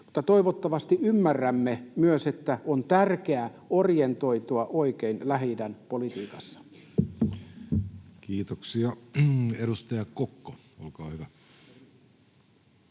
toivottavasti ymmärrämme myös, että on tärkeää orientoitua oikein Lähi-idän politiikassa. Kiitoksia. — Edustaja Kokko, olkaa hyvä.